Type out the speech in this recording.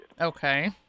Okay